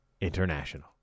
International